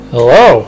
Hello